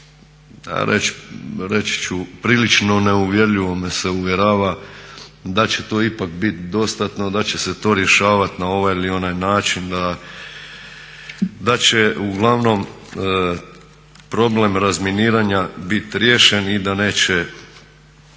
se reći ću prilično neuvjerljivo me se uvjerava da će to ipak bit dostatno, da će se to rješavat na ovaj ili onaj način, da će uglavnom problem razminiranja bit riješen i da neće